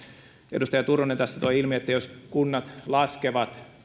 edustaja turunen tässä toi ilmi että jos kunnat laskevat